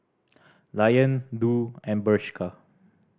Lion Doux and Bershka